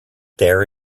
there